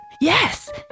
Yes